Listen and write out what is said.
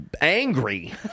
angry